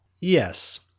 Yes